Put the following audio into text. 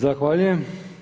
Zahvaljujem.